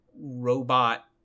robot